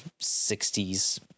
60s